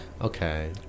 Okay